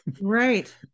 Right